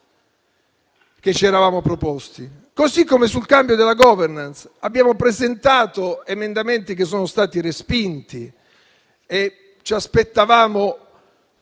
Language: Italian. che ci eravamo proposti. Così come sul cambio della *governance* abbiamo presentato emendamenti che sono stati respinti, ma ci aspettavamo